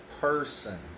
person